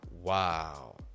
wow